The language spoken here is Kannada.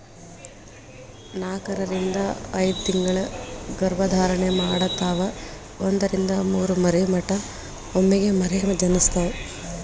ನಾಕರಿಂದ ಐದತಿಂಗಳ ಗರ್ಭ ಧಾರಣೆ ಮಾಡತಾವ ಒಂದರಿಂದ ಮೂರ ಮರಿ ಮಟಾ ಒಮ್ಮೆಗೆ ಮರಿ ಜನಸ್ತಾವ